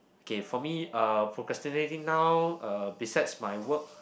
okay for me uh procrastinating now uh besides my work